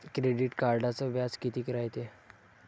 Credit कार्डचं व्याज कितीक रायते?